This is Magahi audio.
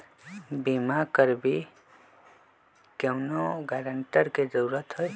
बिमा करबी कैउनो गारंटर की जरूरत होई?